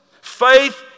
Faith